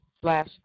slash